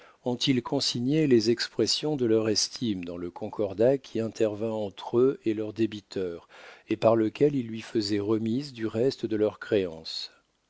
ont-ils consigné les expressions de leur estime dans le concordat qui intervint entre eux et leur débiteur et par lequel ils lui faisaient remise du reste de leurs créances